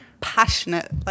passionate